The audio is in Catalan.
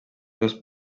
dos